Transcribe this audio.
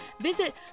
Visit